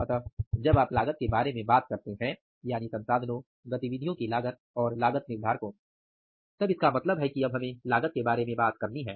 अतः जब आप लागत के बारे में बात करते हैं यानि संसाधनों गतिविधियों की लागत और लागत निर्धारकों तब इसका मतलब है कि अब हमें लागत के बारे में बात करनी है